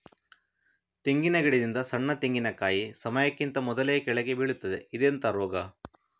ತೆಂಗಿನ ಗಿಡದಿಂದ ಸಣ್ಣ ತೆಂಗಿನಕಾಯಿ ಸಮಯಕ್ಕಿಂತ ಮೊದಲೇ ಕೆಳಗೆ ಬೀಳುತ್ತದೆ ಇದೆಂತ ರೋಗ?